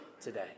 today